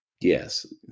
Yes